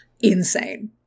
insane